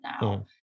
now